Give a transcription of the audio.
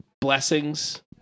blessings